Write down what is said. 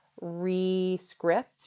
re-script